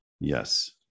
Yes